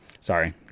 sorry